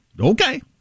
okay